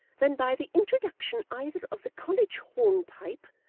than by the introduction, either of the college hornpipe,